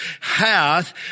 hath